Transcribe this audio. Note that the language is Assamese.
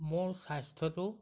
মোৰ স্বাস্থ্যটো